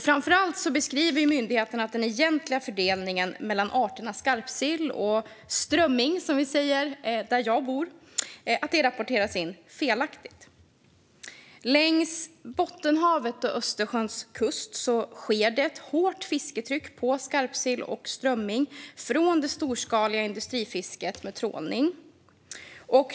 Framför allt beskriver myndigheten att den egentliga fördelningen mellan arterna skarpsill och strömming, som vi säger där jag bor, rapporteras in felaktigt. Längs Bottenhavets och Östersjöns kust är det ett hårt fisketryck på skarpsill och strömming från det storskaliga industrifisket med trålning.